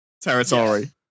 Territory